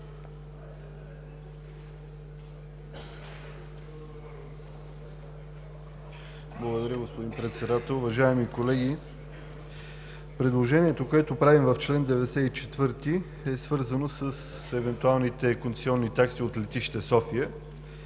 Благодаря, господин Председател.